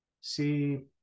see